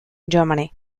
germany